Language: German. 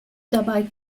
dabei